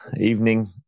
Evening